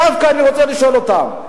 ואני דווקא רוצה לשאול אותם: